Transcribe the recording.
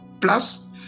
Plus